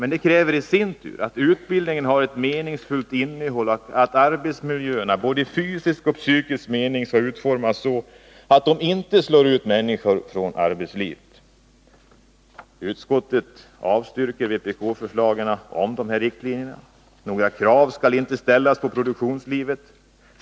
Men det kräver i sin tur att utbildningen har ett meningsfullt innehåll och att arbetsmiljöerna i både fysisk och psykisk mening utformas så, att människor inte slås ut från arbetslivet. Utskottet avstyrker vpk-förslagen beträffande dessa riktlinjer. Några krav skall inte ställas på produktionslivet.